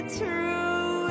true